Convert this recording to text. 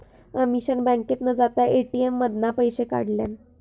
अमीषान बँकेत न जाता ए.टी.एम मधना पैशे काढल्यान